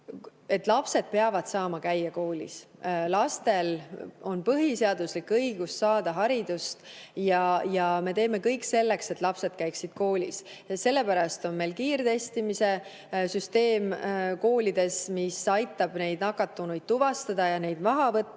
et lapsed peavad saama käia koolis. Lastel on põhiseaduslik õigus saada haridust ja me teeme kõik selleks, et lapsed käiksid koolis. Sellepärast on meil koolides kiirtestimise süsteem, mis aitab nakatunuid tuvastada, neid maha võtta